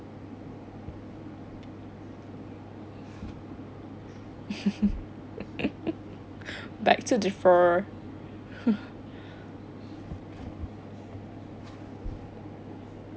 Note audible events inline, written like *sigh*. *laughs* beg to differ